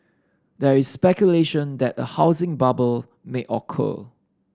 there is speculation that a housing bubble may occur